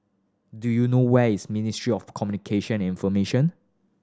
do you know where is Ministry of Communication and Information